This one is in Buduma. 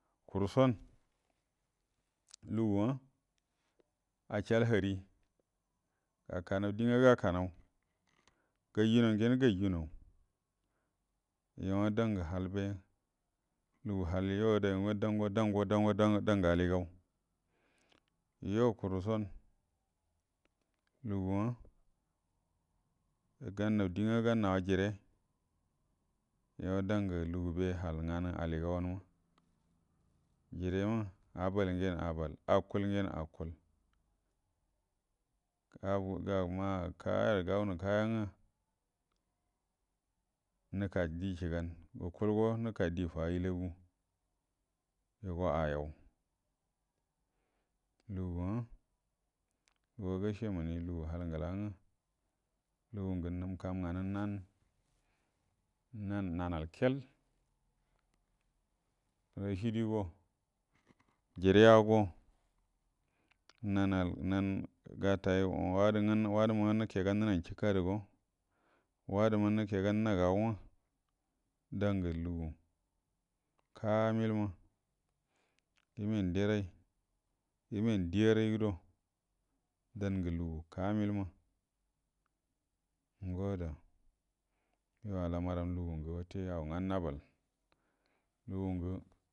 Kuruə son lugu’a acəal harri gaka naw die ngwə gaka naw, ganjuenau gyen ganjue naw, yuo dangə halbe lugu hal yuo adəma’a dan go dangə aligau yuo kuruə son lugu’a gannaw diengə gan’nawa jire yuo dan gə lugu be hal nganə aligaumma jire ma abalgyen abal, akuelgyen akuel, gama ka’a ga’ra’ ngawunə kaya ngwə nəka die cəagan gukuəlaw go nəkadie fa ilaguə yuogo ayau lugunwa gace minie lugu halan yəla ngwə lugu nəmkam nal nalan kel, rashidi, jireya nau gatay wadə magə nəkegan nənanə cəkadə ndaogo wadoma nəkegan nəguwngwə, ngwə lugu kamilma, yəməyan deray yəməyan dieray guəro dangə lugu kamilma, ngo adangə alamaram wate lugungə ago ngwə nabal.